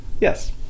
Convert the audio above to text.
Yes